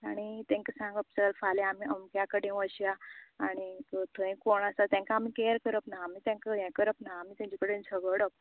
आनी तेंका सांगप सर आमकां फाल्यां आमी अमक्या कडेन वचया आनी थंय कोण आसा तेंका आमी कॅर करप ना आमी तेंका हे करप ना आमी झगडप